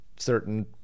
certain